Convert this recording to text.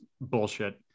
bullshit